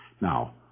Now